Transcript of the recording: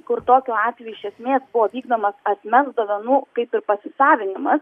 kur tokiu atveju iš esmės buvo vykdomas asmens duomenų kaip ir pasisavinimas